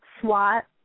SWAT